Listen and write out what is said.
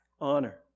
Honor